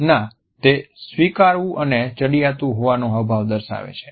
ના તે સ્વીકારવું અને ચડિયાતું હોવાના હાવભાવ દર્શાવે છે